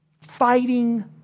fighting